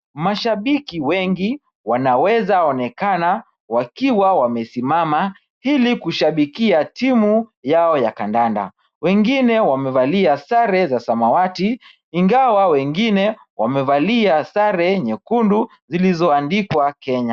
Mashabiki wengi wanawezaonekana wakiwa wamesimama ili kushabikia timu yao ya kandanda. Wengine wamevalia sare za samawati ingawa wengine wamevalia sare nyekundu zilizoandikwa Kenya.